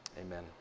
Amen